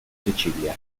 sicilia